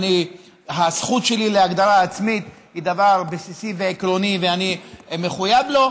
הזכות שלי להגדרה עצמית היא דבר בסיסי ועקרוני ואני מחויב לה,